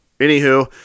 anywho